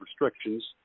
restrictions